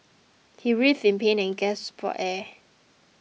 he writhed in pain and gasped for air